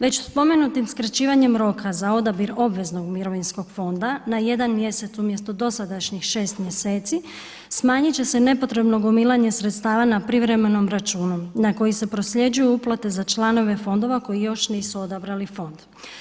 Već spomenutim skraćivanjem roka za odabir obveznog mirovinskog fonda na jedan mjesec umjesto dosadašnjih šest mjeseci smanjit će se nepotrebno gomilanje sredstava na privremenom računu na koji se prosljeđuju uplate za članove fondova koji još nisu odabrali fond.